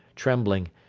trembling,